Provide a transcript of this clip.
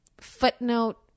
footnote